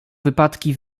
wypadki